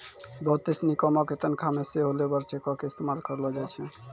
बहुते सिनी कामो के तनखा मे सेहो लेबर चेको के इस्तेमाल करलो जाय छै